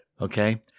okay